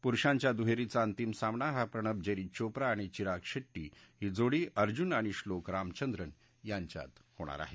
पुरुषांच्या दुहेरीचा अंतिम सामना हा प्रणव जेरी चोप्रा आणि चिराग शेट्टी ही जोडी अर्जुन आणि श्लोक रामचंद्रन यांच्यात होणार आहे